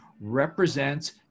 represents